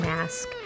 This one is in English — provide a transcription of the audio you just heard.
Mask